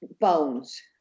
bones